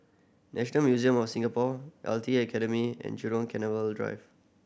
National Museum of Singapore L T A Academy and Jurong Canal Drive